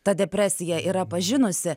tą depresiją yra pažinusi